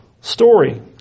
story